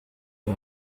you